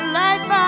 life